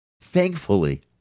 Thankfully